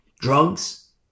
drugs